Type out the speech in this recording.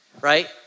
right